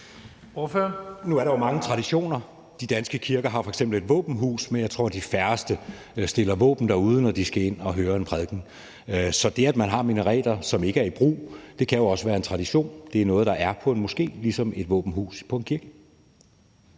Nu er der jo mange traditioner. De danske kirker har f.eks. et våbenhus, men jeg tror, at de færreste stiller våben derude, når de skal ind at høre en prædiken. Så det, at man har minareter, som ikke er i brug, kan jo også være en tradition, altså være noget, der er på en moské, ligesom et våbenhus er det på en kirke.